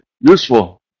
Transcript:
useful